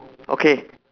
okay